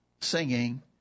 singing